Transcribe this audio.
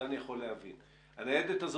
מה עושה הניידת?